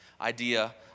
idea